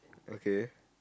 okay